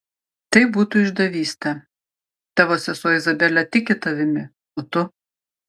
tai būtų išdavystė tavo sesuo izabelė tiki tavimi o tu